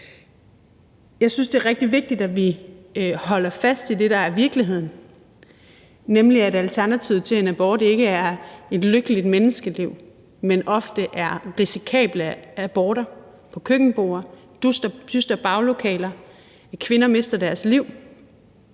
Jeg synes, det er rigtig vigtigt, at vi holder fast i det, der er virkeligheden, nemlig at alternativet til en abort ikke er et lykkeligt menneskeliv, men ofte er risikable aborter på køkkenborde, dystre baglokaler, hvor kvinder mister deres liv,